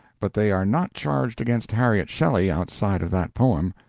but they are not charged against harriet shelley outside of that poem,